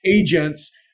agents